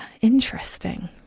interesting